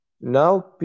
now